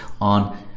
on